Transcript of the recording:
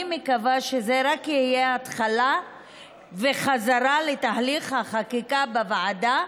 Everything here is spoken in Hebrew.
אני מקווה שזה רק יהיה ההתחלה וחזרה לתהליך החקיקה בוועדה,